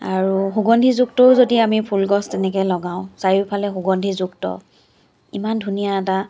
আৰু সুগন্ধিযুক্তও যদি আমি ফুলগছ তেনেকৈ লগাওঁ চাৰিওফালে সুগন্ধিযুক্ত ইমান ধুনীয়া এটা